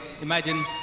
imagine